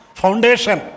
foundation